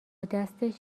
دستش